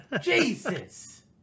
Jesus